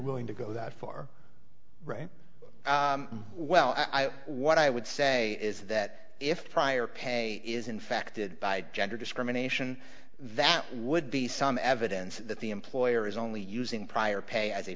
willing to go that far right well what i would say is that if prior pay is infected by gender discrimination that would be some evidence that the employer is only using prior pay as a